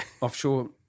offshore